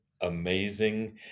amazing